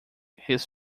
his